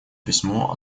письмо